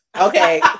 Okay